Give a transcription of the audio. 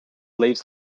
leaves